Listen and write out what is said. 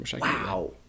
Wow